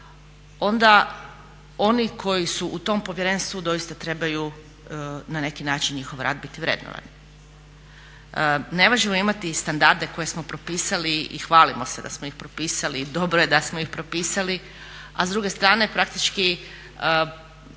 onda oni koji su u tom povjerenstvu doista trebaju na neki način njihov rad biti vrednovan. Ne možemo imati standarde koje smo propisali i hvalimo se da smo ih propisali i dobro je da smo ih propisali, a s druge strane praktički